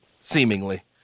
seemingly